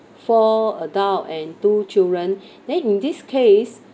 four adults and two children then in this case